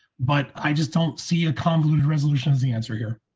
but i just don't see a convoluted resolutions. the answer here.